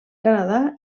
canadà